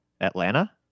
Atlanta